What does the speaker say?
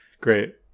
great